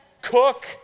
cook